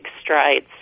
strides